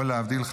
או להבדיל,